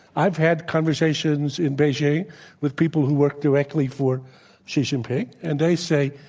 i've had conversations in beijing with people who work directly for xi jinping, and they say,